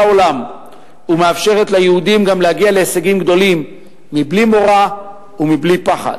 העולם ומאפשרת ליהודים גם להגיע להישגים גדולים בלי מורא ובלי פחד.